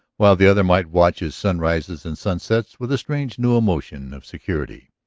while the other might watch his sunrises and sunsets with a strange, new emotion of security.